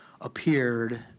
appeared